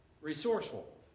Resourceful